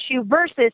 versus